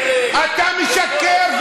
אתה משקר,